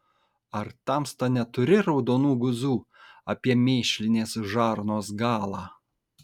ar tamsta neturi raudonų guzų apie mėšlinės žarnos galą